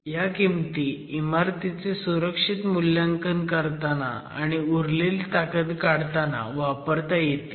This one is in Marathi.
ह्या किंमती इमारतीचे सुरक्षिततेसाठी मूल्यांकन करताना आणि उरलेली ताकद काढताना वापरता येतील